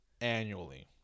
annually